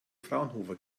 fraunhofer